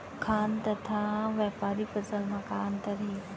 खाद्यान्न तथा व्यापारिक फसल मा का अंतर हे?